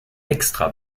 extra